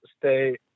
stay